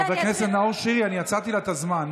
חבר הכנסת נאור שירי, אני עצרתי לה את הזמן.